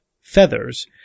feathers